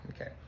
Okay